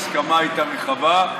ההסכמה הייתה רחבה,